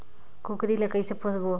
कूकरी ला कइसे पोसबो?